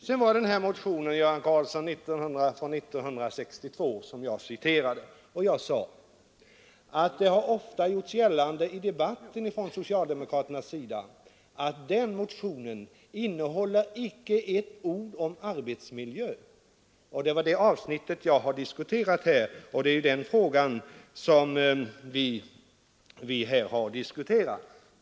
I fråga om den här motionen från 1962 som jag citerade, herr Göran Karlsson, sade jag att det ofta i debatten har gjorts gällande från socialdemokraternas sida att den motionen inte innebär ett ord om arbetsmiljö. Det är det avsnittet jag har tagit upp, och det är den frågan som vi här har diskuterat.